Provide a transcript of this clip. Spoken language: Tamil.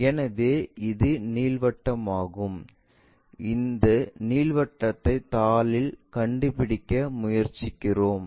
எனவே இது நீள்வட்டமாகும் இது நீள்வட்டத்தை தாளில் கண்டுபிடிக்க முயற்சிக்கிறோம்